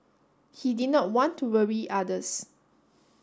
he did not want to worry others